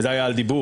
וזה היה על דיבור,